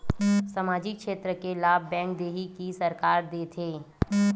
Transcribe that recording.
सामाजिक क्षेत्र के लाभ बैंक देही कि सरकार देथे?